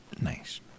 Nice